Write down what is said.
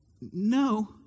No